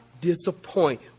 disappoint